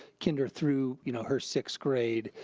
kinder through you know her sixth grade,